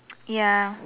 ya